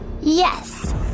Yes